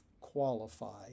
qualify